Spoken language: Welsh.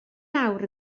nawr